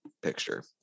picture